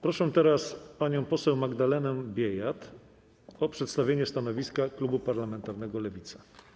Proszę teraz panią poseł Magdalenę Biejat o przedstawienie stanowiska klubu parlamentarnego Lewica.